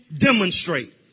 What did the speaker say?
demonstrate